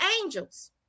angels